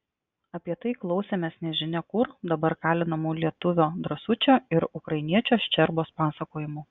apie tai klausėmės nežinia kur dabar kalinamų lietuvio drąsučio ir ukrainiečio ščerbos pasakojimų